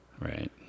Right